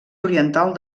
oriental